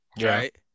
Right